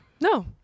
No